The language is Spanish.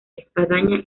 espadaña